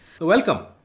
Welcome